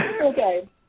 Okay